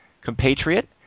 compatriot